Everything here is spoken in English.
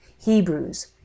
Hebrews